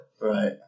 right